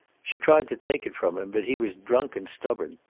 she tried to take it from him, but he was drunk and stubborn.